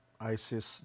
ISIS